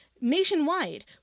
Nationwide